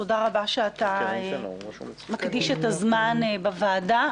תודה רבה שאתה מקדיש את הזמן בוועדה.